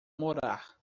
morar